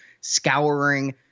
scouring